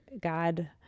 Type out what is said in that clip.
God